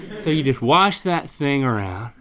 so you just wash that thing around.